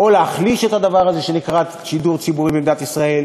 או להחליש את הדבר הזה שנקרא שידור ציבורי במדינת ישראל,